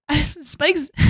Spike's